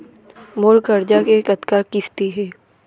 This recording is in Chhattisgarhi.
मोर करजा के कतका किस्ती हे?